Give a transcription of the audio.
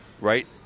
Right